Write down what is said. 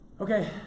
Okay